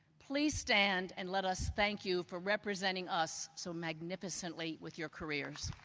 please stand and let us thank you for representing us so magnificently with your careers.